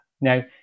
Now